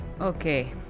Okay